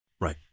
Right